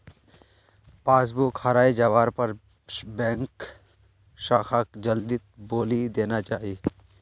passbook हराई जवार पर बैंक शाखाक जल्दीत बोली देना चाई